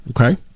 Okay